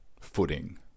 footing